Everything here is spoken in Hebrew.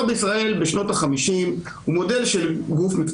בהסכמים הקואליציוניים יהיה ברור מי